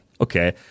Okay